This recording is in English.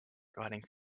running